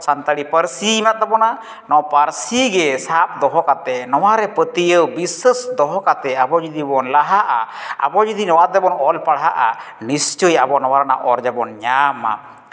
ᱥᱟᱱᱛᱟᱲᱤ ᱯᱟᱹᱨᱥᱤ ᱢᱮᱱᱟᱜ ᱛᱟᱵᱳᱱᱟ ᱱᱚᱣᱟ ᱯᱟᱹᱨᱥᱤᱜᱮ ᱥᱟᱵ ᱫᱚᱦᱚ ᱠᱟᱛᱮᱫ ᱱᱚᱣᱟᱨᱮ ᱯᱟᱹᱛᱭᱟᱹᱣ ᱵᱤᱥᱥᱟᱹᱥ ᱫᱚᱦᱚ ᱠᱟᱛᱮᱫ ᱟᱵᱚ ᱡᱩᱫᱤ ᱵᱚᱱ ᱞᱟᱦᱟᱜᱼᱟ ᱟᱵᱚ ᱡᱩᱫᱤ ᱱᱚᱣᱟ ᱛᱮᱵᱚᱱ ᱚᱞ ᱯᱟᱲᱦᱟᱜᱼᱟ ᱱᱤᱥᱪᱳᱭ ᱟᱵᱚ ᱱᱚᱣᱟ ᱨᱮᱭᱟᱜ ᱚᱨᱡᱚ ᱵᱚᱱ ᱧᱟᱢᱟ